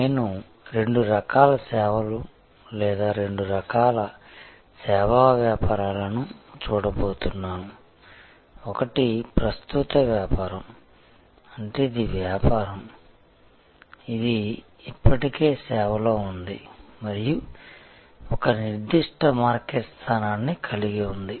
నేను రెండు రకాల సేవలు లేదా రెండు రకాల సేవా వ్యాపారాలను చూడబోతున్నాను ఒకటి ప్రస్తుత వ్యాపారం అంటే ఇది వ్యాపారం ఇది ఇప్పటికే సేవలో ఉంది మరియు ఒక నిర్దిష్ట మార్కెట్ స్థానాన్ని కలిగి ఉంది